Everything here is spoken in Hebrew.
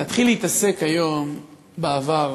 להתחיל להתעסק היום בעבר